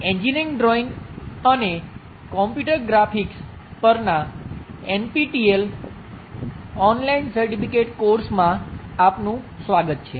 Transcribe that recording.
engineering drawing અને computer graphics Engineering Drawing Computer Graphicss પરના NPTEL online certificate કોર્સમાં આપનું સ્વાગત છે